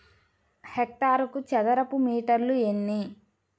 హెక్టారుకు చదరపు మీటర్లు ఎన్ని?